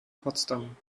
potsdam